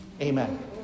amen